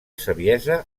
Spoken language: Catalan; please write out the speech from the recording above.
saviesa